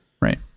Right